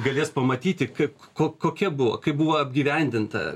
galės pamatyti kai ko kokia buvo kaip buvo apgyvendinta